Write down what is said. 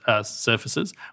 Surfaces